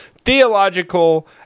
theological